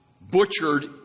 butchered